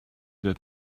that